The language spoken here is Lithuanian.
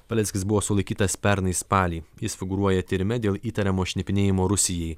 paleckis buvo sulaikytas pernai spalį jis figūruoja tyrime dėl įtariamo šnipinėjimo rusijai